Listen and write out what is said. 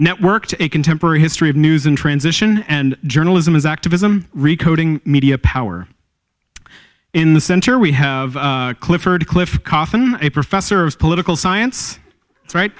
networked a contemporary history of news in transition and journalism is activism recoating media power in the center we have clifford cliff cotton a professor of political science right